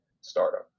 startup